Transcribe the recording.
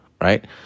Right